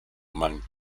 among